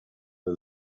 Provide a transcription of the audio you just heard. the